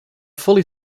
fully